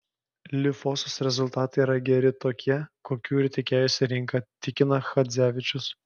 lifosos rezultatai yra geri tokie kokių ir tikėjosi rinka tikina chadzevičius